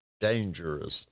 dangerous